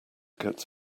gets